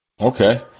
Okay